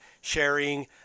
sharing